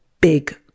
big